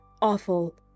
awful